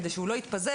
כדי שהוא לא יתפזר,